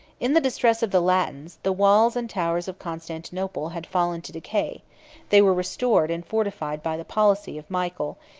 in the distress of the latins, the walls and towers of constantinople had fallen to decay they were restored and fortified by the policy of michael,